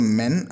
men